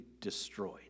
destroyed